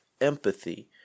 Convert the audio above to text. empathy